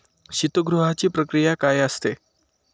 शीतगृहाची प्रक्रिया काय असते?